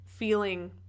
feeling